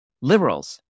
liberals